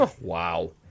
Wow